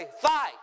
fight